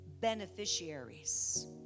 beneficiaries